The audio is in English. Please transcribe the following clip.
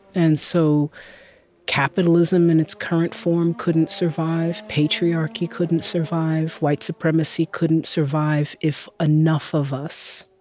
and so capitalism in its current form couldn't survive. patriarchy couldn't survive. white supremacy couldn't survive if enough of us